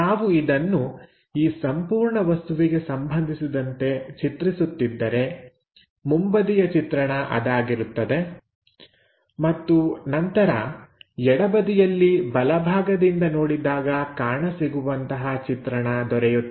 ನಾವು ಇದನ್ನು ಈ ಸಂಪೂರ್ಣ ವಸ್ತುವಿಗೆ ಸಂಬಂಧಿಸಿದಂತೆ ಚಿತ್ರಿಸುತ್ತಿದ್ದರೆ ಮುಂಬದಿಯ ಚಿತ್ರಣ ಅದಾಗಿರುತ್ತದೆ ಮತ್ತು ನಂತರ ಎಡಬದಿಯಲ್ಲಿ ಬಲಭಾಗದಿಂದ ನೋಡಿದಾಗ ಕಾಣಸಿಗುವಂತಹ ಚಿತ್ರಣ ದೊರೆಯುತ್ತದೆ